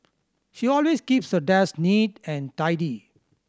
she always keeps her desk neat and tidy